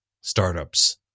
startups